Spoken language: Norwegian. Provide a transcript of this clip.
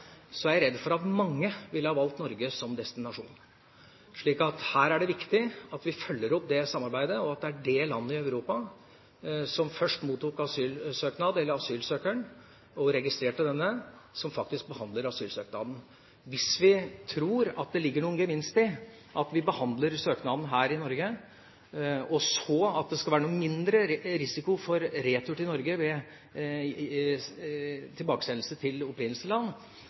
er jeg redd for at mange ville ha valgt Norge som destinasjon, slik at det er viktig at vi følger opp det samarbeidet, at det er det landet i Europa som først mottok asylsøkeren og registrerte denne, som faktisk behandler asylsøknaden. Hvis vi tror det ligger noen gevinst i at vi behandler søknaden her i Norge, og at det da skal være noen mindre risiko for retur til Norge ved tilbakesendelse til opprinnelsesland,